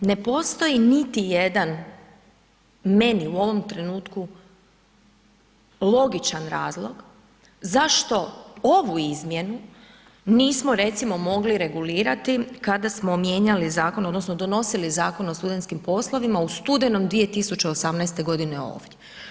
Ne postoji niti jedan meni u ovom trenutku logičan razlog zašto ovu izmjenu nismo recimo mogli regulirati kada smo mijenjali zakon odnosno donosili Zakon o studentskim poslovima u studenom 2018. godine ovdje.